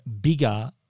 bigger